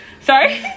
Sorry